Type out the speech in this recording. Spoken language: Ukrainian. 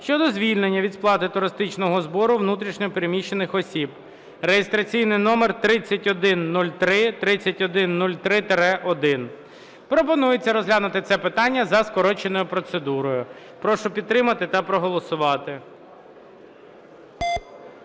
щодо звільнення від сплати туристичного збору внутрішньо переміщених осіб (реєстраційний номер 3103, 3103-1). Пропонується розглянути це питання за скороченою процедурою. Прошу підтримати та проголосувати.